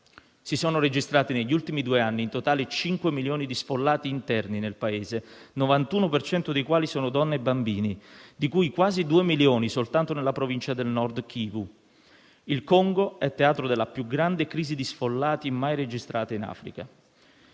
si sono registrati negli ultimi due anni in totale 5 milioni di sfollati interni nel Paese, il 91 per cento dei quali sono donne e bambini, di cui quasi 2 milioni soltanto nella provincia del Nord-Kivu. Il Congo è teatro della più grande crisi di sfollati mai registrata in Africa.